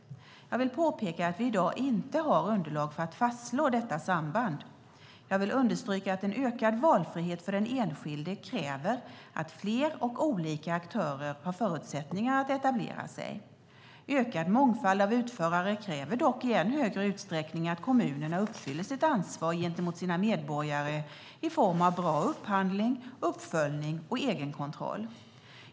Jag vill påpeka att vi i dag inte har underlag för att fastslå detta samband. Jag vill understryka att en ökad valfrihet för den enskilde kräver att fler och olika aktörer har förutsättningar att etablera sig. Ökad mångfald av utförare kräver dock i än högre utsträckning att kommunerna uppfyller sitt ansvar gentemot sina medborgare i form av bra upphandling, uppföljning och egenkontroll.